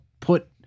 Put